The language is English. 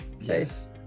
yes